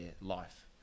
life